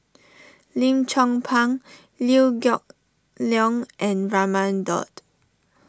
Lim Chong Pang Liew Geok Leong and Raman Daud